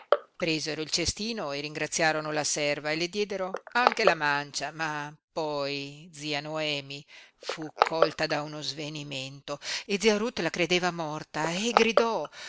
presero il cestino e ringraziarono la serva e le diedero anche la mancia ma poi zia noemi fu colta da uno svenimento e zia ruth la credeva morta e gridò